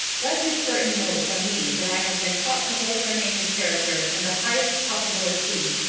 let miss burton know from me that i have been taught to hold her name and character in the highest possible esteem.